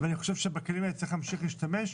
ואני חושב שבכלים האלה צריך להמשיך ולהשתמש,